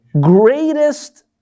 greatest